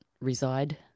reside